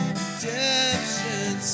redemption